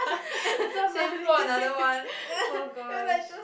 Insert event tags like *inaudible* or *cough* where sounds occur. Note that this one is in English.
*laughs* that's so funny oh gosh